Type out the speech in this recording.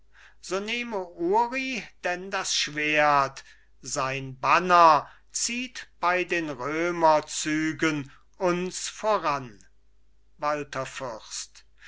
so nehme uri denn das schwert sein banner zieht bei den römerzügen uns voran